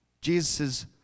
Jesus